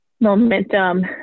momentum